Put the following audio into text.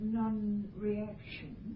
non-reaction